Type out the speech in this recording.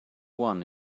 one